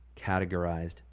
categorized